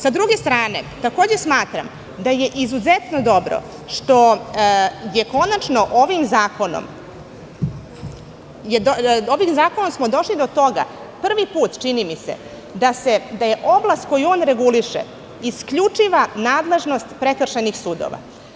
Sa druge strane, takođe smatram da je izuzetno dobro što smo konačno ovim zakonom došli do toga, prvi put, čini mi se, da je oblast koju on reguliše isključiva nadležnost prekršajnih sudova.